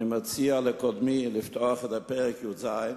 אני מציע לקודמי לפתוח בפרק י"ז: